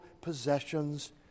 possessions